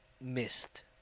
missed